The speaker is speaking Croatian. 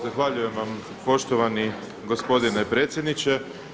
Zahvaljujem vam poštovani gospodine predsjedniče.